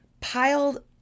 piled